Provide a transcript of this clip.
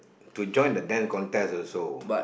to join the Dance Contest also